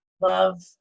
Love